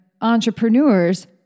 entrepreneurs